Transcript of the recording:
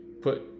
put